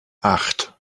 acht